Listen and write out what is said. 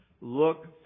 look